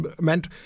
meant